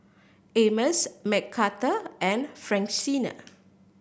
Amos Mcarthur and Francina